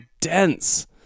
dense